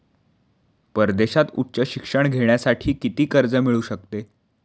परदेशात उच्च शिक्षण घेण्यासाठी किती कर्ज मिळू शकते?